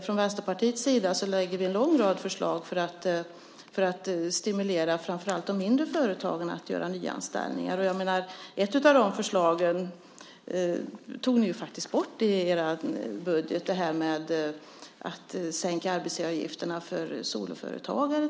Från Vänsterpartiets sida lägger vi fram en lång rad förslag för att stimulera framför allt de mindre företagen att nyanställa. Ett av förslagen tog ni bort i er budget, nämligen att sänka arbetsgivaravgifterna för soloföretagare.